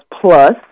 plus